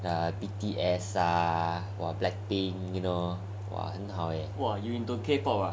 a B_T_S ah !wah! black pink you know 哇很好诶